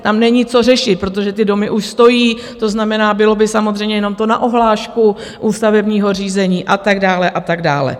Tam není co řešit, protože ty domy už stojí, to znamená, bylo by samozřejmě jenom to na ohlášku u stavebního řízení a tak dále a tak dále.